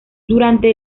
durante